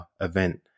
event